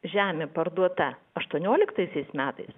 žemė parduota aštuonioliktaisiais metais